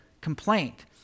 complaint